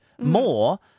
more